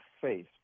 face